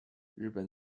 日本